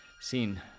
Seen